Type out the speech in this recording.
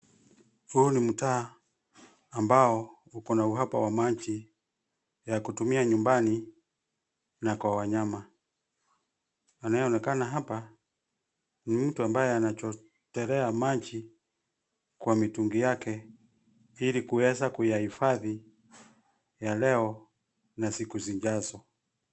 Huu ni mtaa, ambao, uko na uhaba wa maji, ya kutumia nyumbani, na kwa wanyama, anayeonekana hapa, ni mtu ambaye anachotelea maji, kwa mitungi yake, ili kuweza kuyahifadhi, ya leo, na siku zijazo.